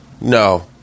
No